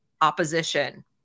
opposition